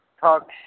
talk